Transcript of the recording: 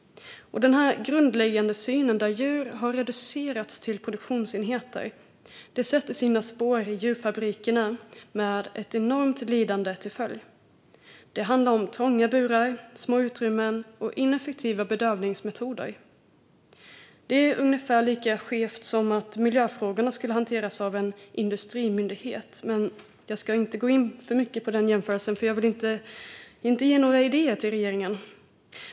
Den här grundläggande synen där djur har reducerats till produktionsenheter sätter sina spår i djurfabrikerna med ett enormt lidande till följd. Det handlar om trånga burar, små utrymmen och ineffektiva bedövningsmetoder. Det är ungefär lika skevt som att miljöfrågorna skulle hanteras av en industrimyndighet. Men jag ska inte gå in för mycket på den jämförelsen, för jag vill inte ge regeringen några idéer.